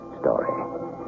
story